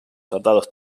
soldados